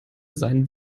sein